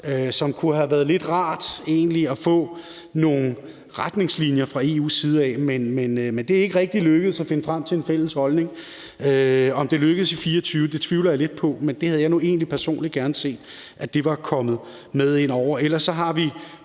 det kunne have været lidt rart egentlig af få nogle retningslinjer fra EU's side om, men det er ikke rigtig lykkedes at finde frem til en fælles holdning. Om det lykkes i 2024, tvivler jeg lidt på, men det havde jeg nu egentlig personligt gerne set var kommet med ind over.